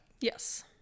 Yes